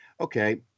Okay